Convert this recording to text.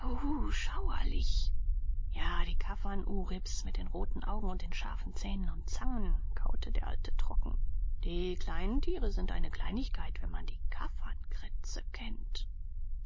schauerlich ja die kaffernuribs mit den roten augen und den scharfen zähnen und zangen kaute der alte trocken die kleinen tiere sind eine kleinigkeit wenn man die kaffernkrätze kennt